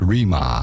Rima